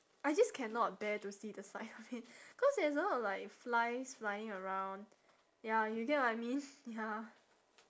I just cannot bear to see the sight of it cause there's a lot of like flies flying around ya you get what I mean ya